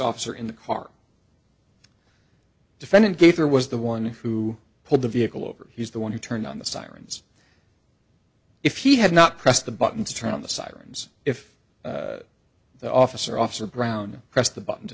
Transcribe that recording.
officer in the car defendant gaither was the one who pulled the vehicle over he's the one who turned on the sirens if he had not pressed the button to turn on the sirens if the officer officer brown pressed the button to